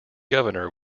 governor